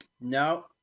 No